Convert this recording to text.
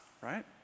right